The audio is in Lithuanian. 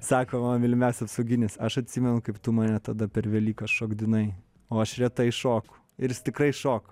sako mano mylimiausias apsauginis aš atsimenu kaip tu mane tada per velykas šokdinai o aš retai šoku ir jis tikrai šoko